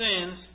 sins